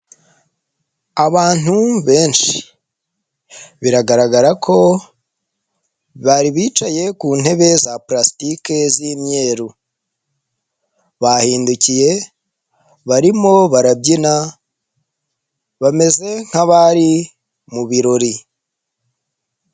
Abantu benshi, biragaragara ko bari bicaye ku ntebe za parasitike z'immyeru, bahindukiye, barimo barabyina, bameze nkabari mu birori.